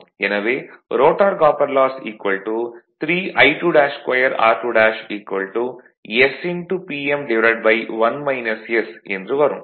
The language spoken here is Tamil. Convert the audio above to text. எனவே rotor copper loss 3I22 r2 sPm என்று வரும்